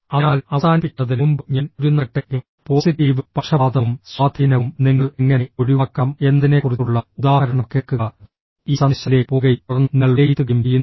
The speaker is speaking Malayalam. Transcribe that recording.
അതിനാൽ അവസാനിപ്പിക്കുന്നതിന് മുമ്പ് ഞാൻ ഒരു നൽകട്ടെ പോസിറ്റീവ് പക്ഷപാതവും സ്വാധീനവും നിങ്ങൾ എങ്ങനെ ഒഴിവാക്കണം എന്നതിനെക്കുറിച്ചുള്ള ഉദാഹരണം കേൾക്കുക ഈ സന്ദേശത്തിലേക്ക് പോകുകയും തുടർന്ന് നിങ്ങൾ വിലയിരുത്തുകയും ചെയ്യുന്നു